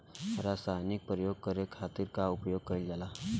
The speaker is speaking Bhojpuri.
रसायनिक प्रयोग करे खातिर का उपयोग कईल जाइ?